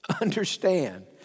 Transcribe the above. understand